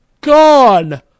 Gone